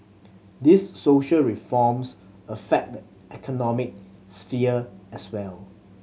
these social reforms affect the economic sphere as well